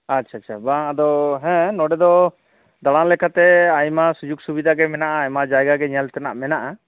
ᱟᱪᱪᱷᱟ ᱪᱷᱟ ᱪᱷᱟ ᱵᱟᱝ ᱟᱫᱚ ᱦᱮᱸ ᱱᱚᱰᱮ ᱫᱚ ᱫᱟᱲᱟᱱ ᱞᱮᱠᱟᱛᱮ ᱟᱭᱢᱟ ᱥᱩᱡᱚᱠ ᱥᱩᱵᱤᱫᱟ ᱜᱮ ᱢᱮᱱᱟᱜᱼᱟ ᱟᱭᱢᱟ ᱡᱟᱭᱜᱟ ᱜᱮ ᱧᱮᱞ ᱛᱮᱱᱟᱜ ᱢᱮᱱᱟᱜᱼᱟ